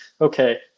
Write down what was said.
okay